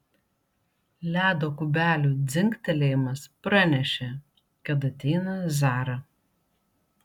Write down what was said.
ledo kubelių dzingtelėjimas pranešė kad ateina zara